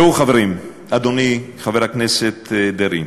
ראו, חברים, אדוני, חבר הכנסת דרעי,